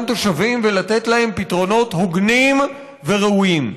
תושבים ולתת להם פתרונות הוגנים וראויים.